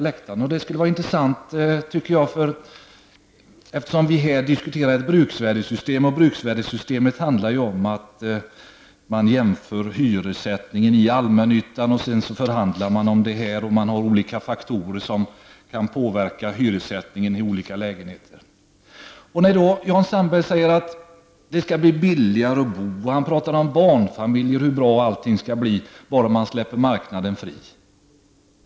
Vi diskuterar ju nu ett bruksvärdessystem, som handlar om att man jämför hyressättningen i allmännyttan, varefter man förhandlar. Då finns det olika faktorer som kan påverka hyressättningen beträffande olika lägenheter. Jan Sandberg sade att det kan bli billigare att bo. Han talade om barnfamiljer och berättade om hur bra allting skall bli bara marknaden släpps fri.